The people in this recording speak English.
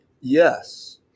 Yes